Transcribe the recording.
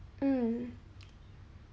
um